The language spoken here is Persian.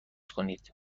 کنید